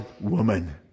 woman